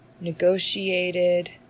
negotiated